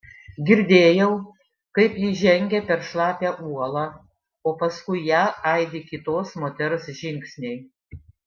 girdėjau kaip ji žengia per šlapią uolą o paskui ją aidi kitos moters žingsniai